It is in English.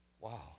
Wow